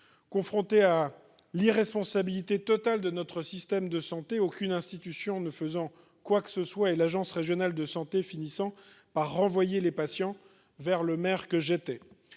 confrontés à l'irresponsabilité totale de notre système de santé, aucune institution ne faisant quoi que ce soit et l'Agence Régionale de Santé finissant par renvoyer les patients vers le maire que j'étais